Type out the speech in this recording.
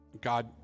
God